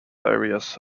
areas